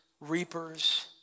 reapers